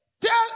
tell